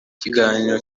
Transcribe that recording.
ikiganiro